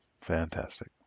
Fantastic